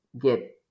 get